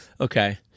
Okay